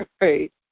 right